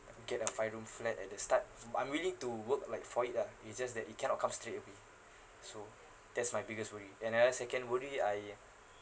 get a five room flat at the start but I'm willing to work like for it lah it's just that it cannot come straight away so that's my biggest worry another second worry I